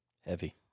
Heavy